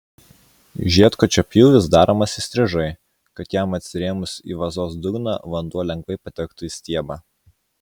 žiedkočio pjūvis daromas įstrižai kad jam atsirėmus į vazos dugną vanduo lengvai patektų į stiebą